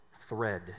thread